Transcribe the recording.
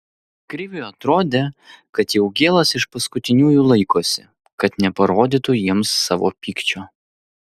kriviui atrodė kad jaugėlas iš paskutiniųjų laikosi kad neparodytų jiems savo pykčio